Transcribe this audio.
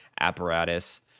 apparatus